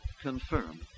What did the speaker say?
confirm